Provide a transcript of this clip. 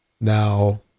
Now